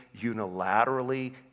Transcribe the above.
unilaterally